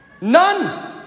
None